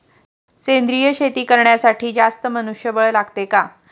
सेंद्रिय शेती करण्यासाठी जास्त मनुष्यबळ लागते का?